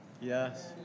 Yes